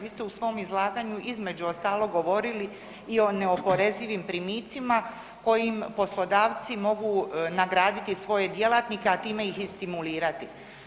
Vi ste u svom izlaganju između ostalog govorili i o neoporezivim primicima kojim poslodavci mogu nagraditi svoje djelatnike, a time ih i stimulirati.